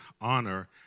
honor